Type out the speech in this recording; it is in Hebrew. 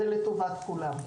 זה לטובת כולם.